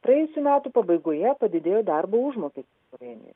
praėjusių metų pabaigoje padidėjo darbo užmokestis slovėnijoje